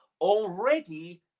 already